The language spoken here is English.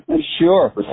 Sure